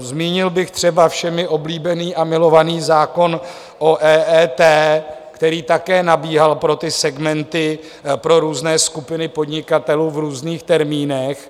Zmínil bych třeba všemi oblíbený a milovaný zákon o EET, který také nabíhal pro segmenty, pro různé skupiny podnikatelů v různých termínech.